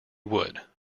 would